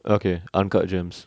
okay uncut gems